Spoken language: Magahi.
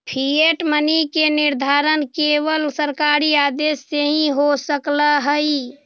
फिएट मनी के निर्धारण केवल सरकारी आदेश से हो सकऽ हई